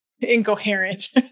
incoherent